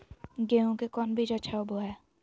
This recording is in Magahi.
गेंहू के कौन बीज अच्छा होबो हाय?